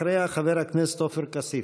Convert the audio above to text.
אחריה, חבר הכנסת עופר כסיף.